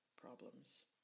problems